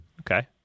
Okay